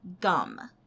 gum